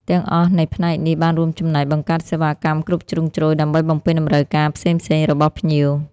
ទាំងអស់នៃផ្នែកនេះបានរួមចំណែកបង្កើតសេវាកម្មគ្រប់ជ្រុងជ្រោយដើម្បីបំពេញតម្រូវការផ្សេងៗរបស់ភ្ញៀវ។